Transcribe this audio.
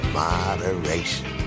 moderation